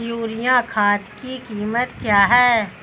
Urea खाद की कीमत क्या है?